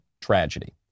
tragedy